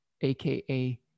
aka